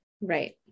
Right